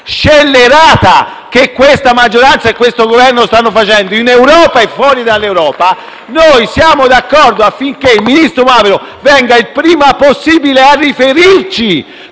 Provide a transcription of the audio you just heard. scellerata che la maggioranza e il Governo stanno conducendo in Europa e fuori dall'Europa, noi siamo d'accordo affinché il ministro Moavero Milanesi venga il prima possibile a riferirci